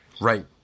Right